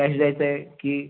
cash द्यायचं आहे की